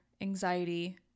anxiety